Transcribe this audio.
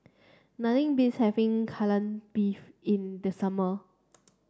nothing beats having Kai Lan Beef in the summer